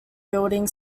building